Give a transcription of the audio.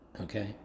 okay